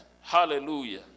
Hallelujah